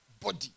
body